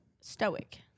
Stoic